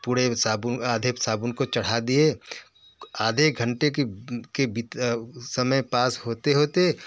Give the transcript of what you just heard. पूरे साबुन आधे साबुन को चढ़ा दिए आधे घंटे का समय पास होते होते